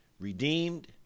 redeemed